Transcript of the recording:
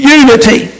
unity